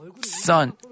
son